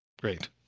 Great